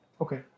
Okay